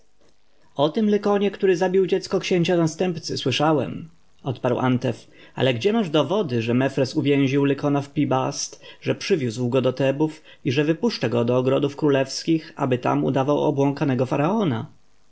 tym lykonie który zabił dziecko księcia następcy słyszałem odparł antef ale gdzie masz dowody że mefres uwięził lykona w pi-bast że przywiózł go do tebów i że wypuszcza go do ogrodów królewskich aby tam udawał obłąkanego faraona